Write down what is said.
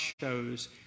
shows